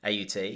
AUT